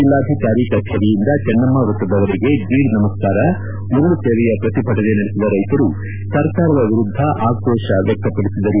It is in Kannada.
ಜಿಲ್ಲಾಧಿಕಾರಿ ಕಚೇರಿಯಿಂದ ಚನ್ನಮ್ಮ ವೃತ್ತದವರೆಗೆ ದೀಡ್ ನಮಸ್ಕಾರ ಉರುಳು ಸೇವೆಯ ಪ್ರತಿಭಟನೆ ನಡೆಸಿದ ರೈತರು ಸರಕಾರದ ವಿರುದ್ದ ಆಕ್ರೋಶ ವ್ಯಕ್ತಪಡಿಸಿದರು